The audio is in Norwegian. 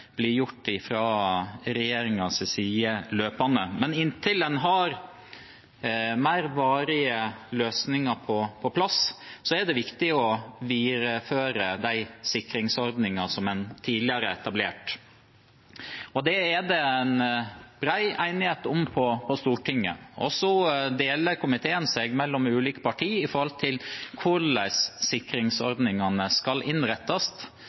blir løpende gjort av regjeringen. Men inntil en har mer varige løsninger på plass, er det viktig å videreføre de sikringsordningene som en tidligere har etablert. Det er det bred enighet om på Stortinget. Partiene i komiteen deler seg imidlertid når det gjelder hvordan sikringsordningene skal innrettes,